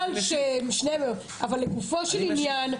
אבל לגופו של עניין,